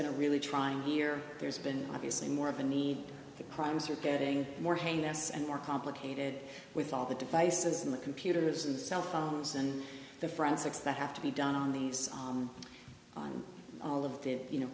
been a really trying year there's been obviously more of a need for crimes are getting more heinous and more complicated with all the devices and the computers and cell phones and the forensics that have to be done on these all of these you know